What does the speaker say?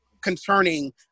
concerning